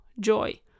joy